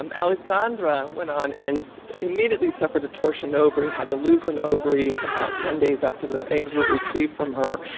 um alexandra went on and immediately suffered a torsion ovary, had to lose an ovary about ten days after the eggs were retrieved from her.